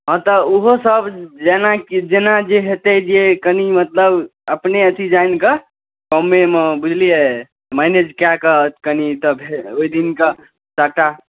हँ तऽ ओहोसभ जेनाकि जेना जे हेतै जेना कनि मतलब अपने अथि जानि कऽ कमेमे बुझलियै मैनेज कए कऽ कनि एतय भेज देबै ओहि दिनका साटा